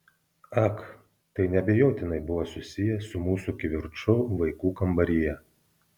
ak tai neabejotinai buvo susiję su mūsų kivirču vaikų kambaryje